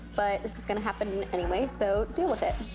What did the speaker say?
but this is going to happen anyway, so deal with it.